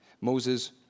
Moses